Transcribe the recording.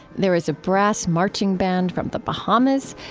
there is a brass marching band from the bahamas.